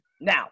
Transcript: now